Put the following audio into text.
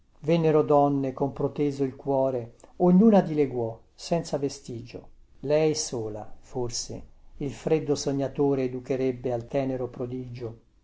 vennero donne con proteso il cuore ognuna dileguò senza vestigio lei sola forse il freddo sognatore educherebbe al tenero prodigio